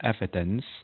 evidence